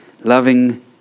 Loving